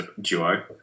duo